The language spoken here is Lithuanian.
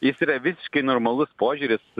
jis yra visiškai normalus požiūris